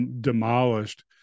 demolished